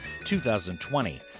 2020